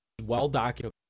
well-documented